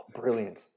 brilliant